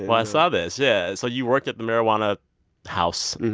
i saw this. yeah. so you worked at the marijuana house.